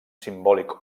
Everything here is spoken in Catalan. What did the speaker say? simbòlic